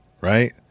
right